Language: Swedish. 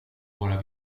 våra